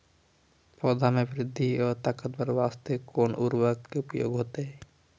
पौधा मे बृद्धि और ताकतवर बास्ते कोन उर्वरक के उपयोग होतै?